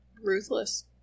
Ruthless